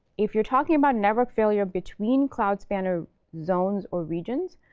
if you're talking about network failure between cloud spanner zones or regions,